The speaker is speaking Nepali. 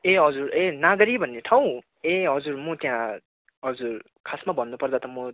ए हजुर ए नागरी भन्ने ठाउँ ए हजुर म त्यहाँ हजुर खासमा भन्नुपर्दा त म